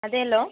അതേല്ലോ